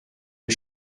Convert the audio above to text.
les